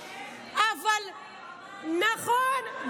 נכון,